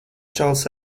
čalis